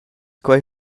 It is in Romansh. quei